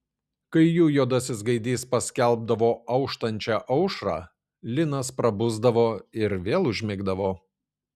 kai jų juodasis gaidys paskelbdavo auštančią aušrą linas prabusdavo ir vėl užmigdavo